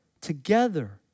together